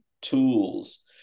tools